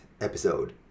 episode